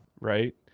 right